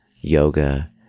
yoga